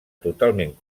totalment